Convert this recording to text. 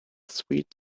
sweet